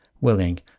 willing